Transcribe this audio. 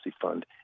fund